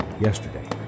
yesterday